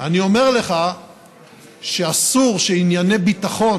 אני אומר לך שאסור שענייני ביטחון